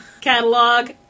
catalog